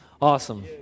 Awesome